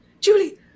Julie